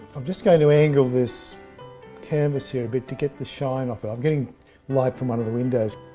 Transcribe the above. i'm just going to angle this canvas here a bit to get the shine off it. i'm getting light from one of the windows.